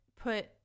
put